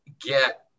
get